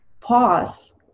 pause